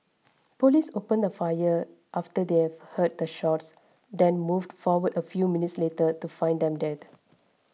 police opened fire after they have heard the shots then moved forward a few minutes later to find them dead